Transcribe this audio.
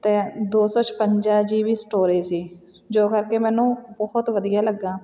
ਅਤੇ ਦੋ ਸੌ ਛਪੰਜਾ ਜੀ ਵੀ ਸਟੋਰੇਜ ਸੀ ਜੋ ਕਰਕੇ ਮੈਨੂੰ ਬਹੁਤ ਵਧੀਆ ਲੱਗਾ